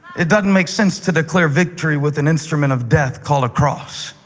it doesn't make sense to declare victory with an instrument of death called a cross.